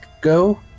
go